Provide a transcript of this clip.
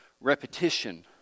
repetition